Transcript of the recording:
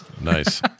Nice